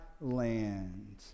land